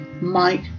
Mike